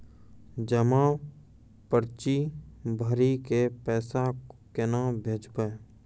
जमा पर्ची भरी के पैसा केना भेजबे?